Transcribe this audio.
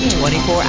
24